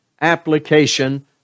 application